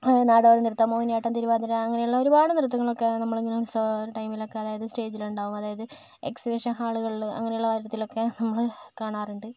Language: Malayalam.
നാടോടി നൃത്തം മോഹിനിയാട്ടം തിരുവാതിര അങ്ങനെയുള്ള ഒരുപാട് നൃത്തങ്ങളൊക്കെ നമ്മളിങ്ങനെ ഉത്സവ ടൈമിലോക്കെ അതായത് സ്റ്റേജിൽ ഉണ്ടാകും അതായത് എക്സിബിഷൻ ഹാളുകളിൽ അങ്ങനെയുള്ള കാര്യത്തിലൊക്കെ നമ്മൾ കാണാറുണ്ട്